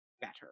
better